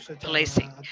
policing